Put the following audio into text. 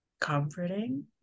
comforting